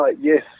yes